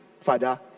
father